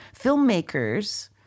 filmmakers